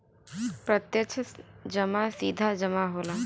प्रत्यक्ष जमा सीधा जमा होला